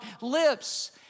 lips